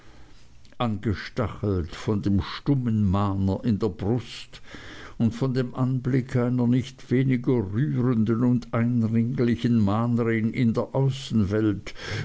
angestachelt von dem stummen mahner in der brust und von dem anblick einer nicht weniger rührenden und eindringlichen mahnerin in der außenwelt